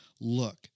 look